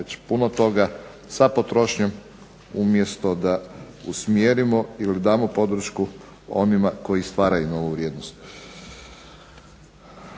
već puno toga, sa potrošnjom umjesto da usmjerimo ili damo podršku onima koji stvaraju novu vrijednost.